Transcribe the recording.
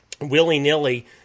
willy-nilly